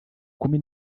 kumi